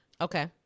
okay